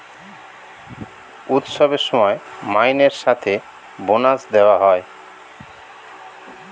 উৎসবের সময় মাইনের সাথে বোনাস দেওয়া হয়